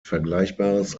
vergleichbares